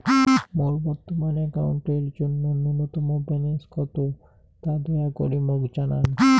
মোর বর্তমান অ্যাকাউন্টের জন্য ন্যূনতম ব্যালেন্স কত তা দয়া করি মোক জানান